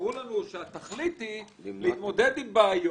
אמרו לנו שהתכלית היא להתמודד עם בעיות,